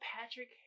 Patrick